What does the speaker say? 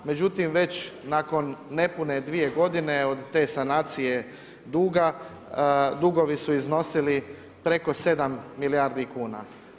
Međutim već nakon nepune dvije godine od te sanacije duga dugovi su iznosili preko 7 milijardi kuna.